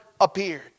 appeared